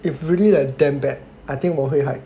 if really like damn bad I think 我会 hide